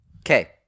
Okay